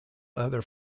other